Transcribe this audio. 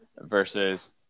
versus